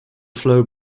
flow